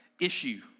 issue